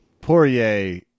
Poirier